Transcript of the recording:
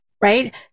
right